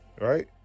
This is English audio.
Right